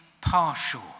partial